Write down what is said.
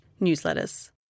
newsletters